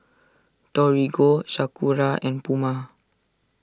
Torigo Sakura and Puma